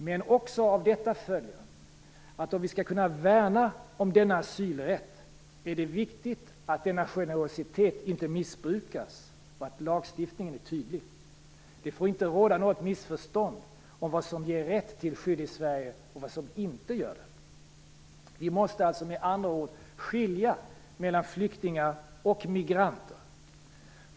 Men av detta följer också att om vi skall kunna värna om denna asylrätt, är det viktigt att denna generositet inte missbrukas och att lagstiftningen är tydlig. Det får inte råda något missförstånd om vad som ger rätt till skydd i Sverige och vad som inte gör det. Vi måste med andra ord skilja mellan flyktingar och migranter.